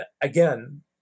again